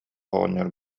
оҕонньор